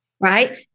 Right